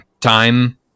time